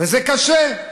וזה קשה.